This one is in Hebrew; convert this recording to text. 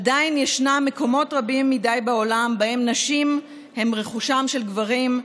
עדיין ישנם מקומות רבים מדי בעולם שבהם נשים הן רכושם של גברים,